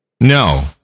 No